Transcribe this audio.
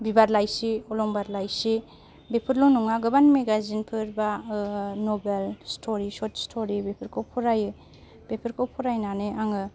बिबार लाइसि अलंबार लाइसि बेफोरल' नङा गोबां मेगाजिन फोर बा नभेल स्ट'रि सर्त स्टरि बेफोरखौ फरायो बेफोरखौ फरायनानै आङो